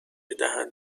دهن